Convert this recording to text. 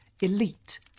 elite